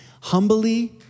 humbly